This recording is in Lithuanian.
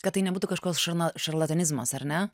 kad tai nebūtų kažkoks šarna šarlatanizmas ar ne